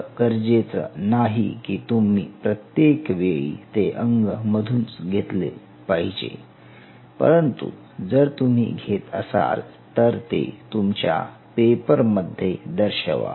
अस गरजेचं नाही की तुम्ही प्रत्येक वेळी ते अंग मधूनच घेतल पाहिजे परंतु जर तुम्ही घेत असाल तर ते तुमच्या पेपर मध्ये दर्शवा